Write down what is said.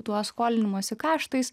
tuo skolinimosi kaštais